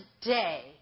today